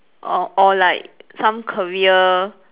or or like some career